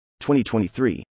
2023